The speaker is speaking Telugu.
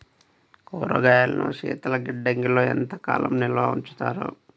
కూరగాయలను శీతలగిడ్డంగిలో ఎంత కాలం నిల్వ ఉంచుతారు?